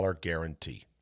guarantee